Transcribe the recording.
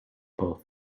both